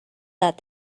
that